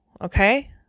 Okay